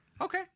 Okay